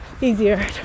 easier